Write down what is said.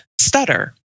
stutter